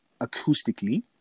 acoustically